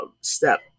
step